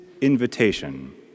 invitation